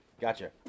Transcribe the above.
Gotcha